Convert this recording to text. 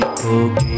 Okay